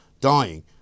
dying